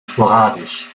sporadisch